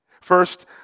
First